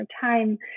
time